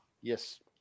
Yes